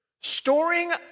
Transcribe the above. Storing